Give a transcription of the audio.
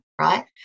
right